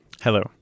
Hello